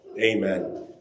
Amen